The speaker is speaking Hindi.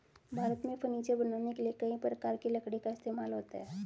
भारत में फर्नीचर बनाने के लिए कई प्रकार की लकड़ी का इस्तेमाल होता है